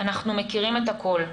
אנחנו מכירים את הכול.